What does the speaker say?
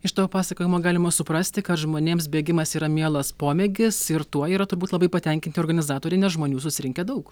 iš tavo pasakojimo galima suprasti kad žmonėms bėgimas yra mielas pomėgis ir tuo yra turbūt labai patenkinti organizatoriai nes žmonių susirinkę daug